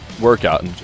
workout